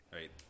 Right